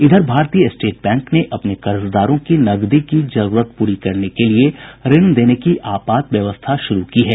इधर भारतीय state bank ने अपने कर्जदारों की नकदी की जरूरत पूरी करने के लिए ऋण देने की आपात व्यवस्था शुरू की है